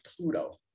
Pluto